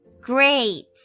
Great